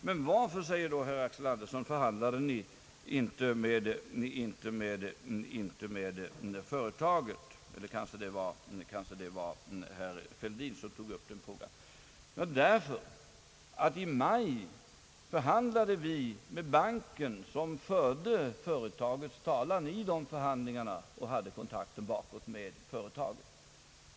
Men varför, säger då herr Fälldin, förhandlade ni inte med företaget? Det var därför att vi i maj förhandlade med banken, som i de underhandlingarna förde företagets talan och hade kontakten bakåt med företaget.